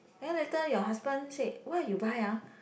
then later your husband said what you buy ah